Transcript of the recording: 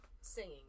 singing